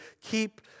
keep